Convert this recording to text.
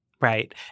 Right